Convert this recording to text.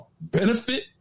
benefit